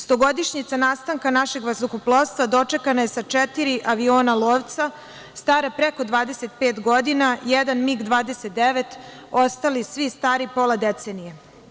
Stogodišnjica nastanka našeg vazduhoplovstva dočekana je sa četiri aviona lovca, stara preko 25 godina, jedan MiG-29, ostali svi stari pola decenije.